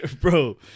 Bro